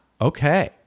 Okay